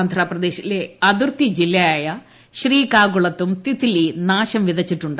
ആന്ധ്രാ പ്രദേശിലെ അതിർത്തി ജില്ലയായ ശ്രീക്കാകുളത്തും തിത്ലി നാശം വിതച്ചിട്ടുണ്ട്